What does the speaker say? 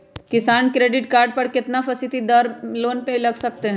किसान credit card कितना फीसदी दर पर लोन ले सकते हैं?